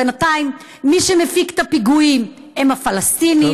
בינתיים, מי שמפיק את הפיגועים הם הפלסטינים.